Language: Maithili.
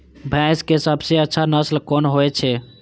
भैंस के सबसे अच्छा नस्ल कोन होय छे?